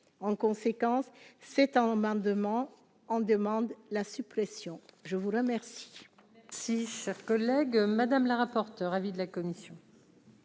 en conséquence c'est en demain en demande la suppression, je vous remercie.